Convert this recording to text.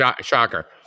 Shocker